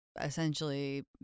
essentially